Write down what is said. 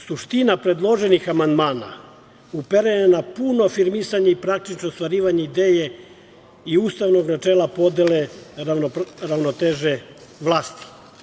Suština predloženih amandmana uperena je na puno afirmisanje i praktično ostvarivanje ideje i ustavnog načela podele ravnoteže vlasti.